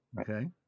Okay